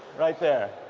right there